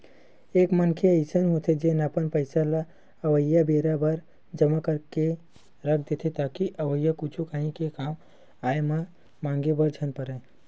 एक मनखे अइसन होथे जेन अपन पइसा ल अवइया बेरा बर जमा करके के रख देथे ताकि अवइया कुछु काही के कामआय म मांगे बर झन परय